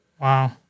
Wow